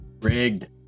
Rigged